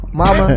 mama